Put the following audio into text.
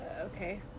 Okay